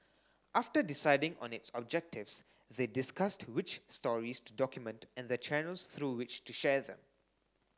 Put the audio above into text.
after deciding on its objectives they discussed which stories to document and the channels through which to share them